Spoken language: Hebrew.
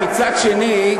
מצד שני,